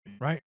right